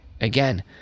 again